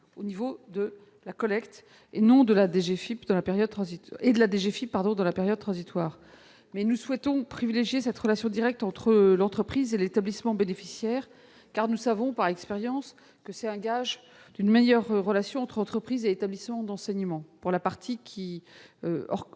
générale des finances publiques, dans la période transitoire. Toutefois, nous souhaitons privilégier cette relation directe entre l'entreprise et l'établissement bénéficiaire, car nous savons par expérience que c'est le gage d'une meilleure relation entre entreprises et établissements d'enseignement pour la partie «